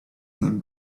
him